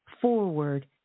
forward